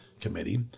committee